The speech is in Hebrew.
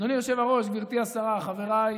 אדוני היושב-ראש, גברתי השרה, חבריי